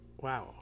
Wow